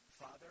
Father